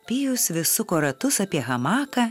pijus vis suko ratus apie hamaką